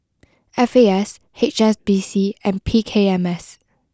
F A S H S B C and P K M S